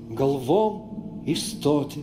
galvom į stotį